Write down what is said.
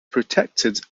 protected